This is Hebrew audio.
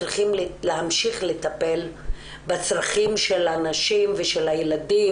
צריכים להמשיך לטפל בצרכים של הנשים ושל הילדים